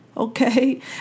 Okay